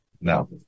No